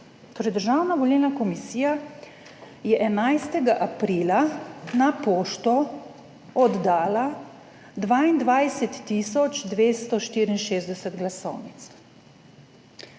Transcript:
Državna volilna komisija je 11. aprila na pošto oddala 22 tisoč 264 glasovnic.